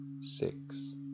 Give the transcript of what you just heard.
six